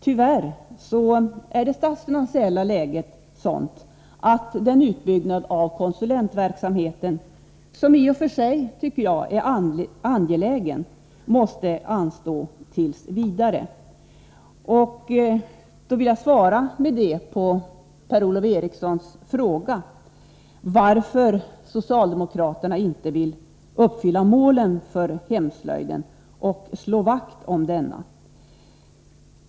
Tyvärr är det statsfinansiella läget sådant att den utbyggnad av konsulentverksamheten, som jag i och för sig tycker är angelägen, måste anstå tills vidare. Det är det svar jag vill ge på Per-Ola Erikssons fråga varför socialdemokraterna inte vill uppfylla hemslöjdens mål och slå vakt om denna.